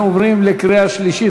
אנחנו עוברים לקריאה שלישית.